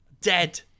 Dead